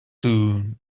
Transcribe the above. soon